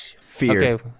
fear